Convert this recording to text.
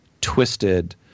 twisted